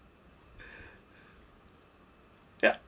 ya